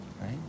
right